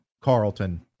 Carlton